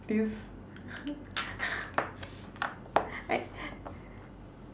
this